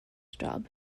job